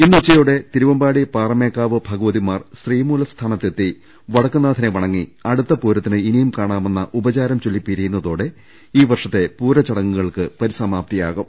ഇന്ന് ഉച്ചയോടെ തിരുവമ്പാടി പാറമേക്കാവ് ഭഗവതിമാർ ശ്രീമൂല സ്ഥാനത്തെത്തി വടക്കുംനാഥനെ വണങ്ങി അടുത്ത പൂരത്തിന് ഇനിയും കാണാമെന്ന ഉപചാരം ചൊല്ലി പിരിയുന്നതോടെ ഈ വർഷത്തെ പൂരചടങ്ങുകൾക്ക് പരിസമാപ്തിയാകും